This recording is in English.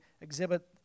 exhibit